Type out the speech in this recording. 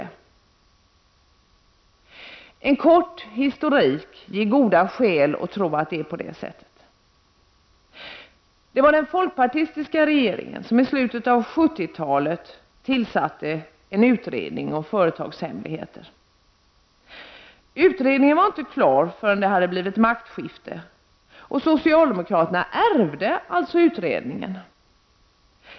En kort historik ger goda skäl att tro att det är så. Det var den folkpartistiska regeringen som i slutet av 70-talet tillsatte en utredning om företagshemligheter. Utredningen var inte klar förrän efter det att det hade blivit maktskifte. Socialdemokraterna ärvde alltså utredningen.